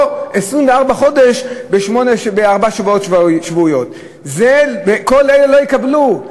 או 24 חודש בארבע שעות שבועיות, כל אלה לא יקבלו.